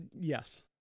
yes